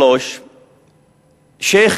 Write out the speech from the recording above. שלושה שבועות,